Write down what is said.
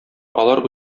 алар